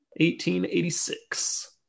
1886